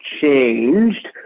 changed